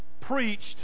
preached